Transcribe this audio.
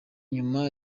nyuma